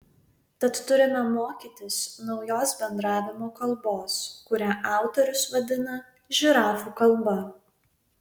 tad turime mokytis naujos bendravimo kalbos kurią autorius vadina žirafų kalba